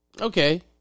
Okay